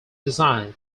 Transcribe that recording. design